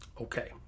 Okay